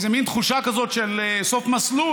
איזה מין תחושה כזאת של סוף מסלול,